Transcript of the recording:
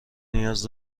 نیاز